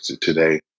today